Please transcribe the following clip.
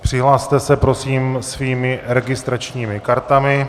Přihlaste se prosím svými registračními kartami.